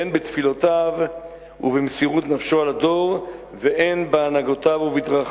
הן בתפילותיו ובמסירות נפשו לדור והן בהנהגותיו ובדרכיו.